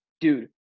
dude